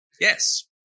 yes